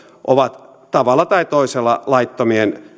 ovat tavalla tai toisella laittomien